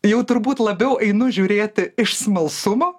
jau turbūt labiau einu žiūrėti iš smalsumo